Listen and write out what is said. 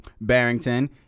Barrington